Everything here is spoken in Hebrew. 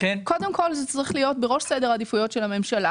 קודם כל זה צריך להיות בראש סדר העדיפויות של הממשלה.